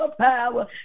Power